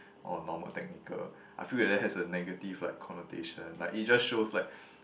or normal technical I feel that that has a negative like connotation like it just shows like